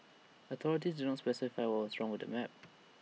authorities did not specify what was wrong with the map